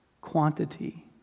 Quantity